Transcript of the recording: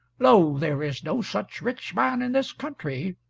lo, there is no such rich man in this country,